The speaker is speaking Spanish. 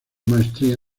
maestría